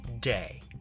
day